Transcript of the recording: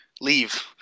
leave